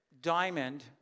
diamond